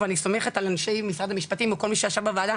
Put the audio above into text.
ואני סומכת על אנשי משרד המשפטים וכל מי שישב בוועדה,